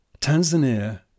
Tanzania